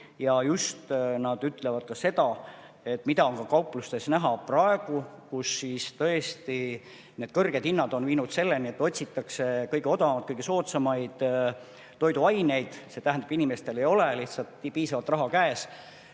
Ja nad ütlevad ka seda, mida on kauplustes näha praegu, et tõesti need kõrged hinnad on viinud selleni, et otsitakse kõige odavamaid, kõige soodsamaid toiduaineid. See tähendab, et inimestel ei ole lihtsalt piisavalt raha käes.